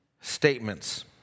statements